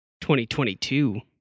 2022